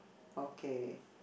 okay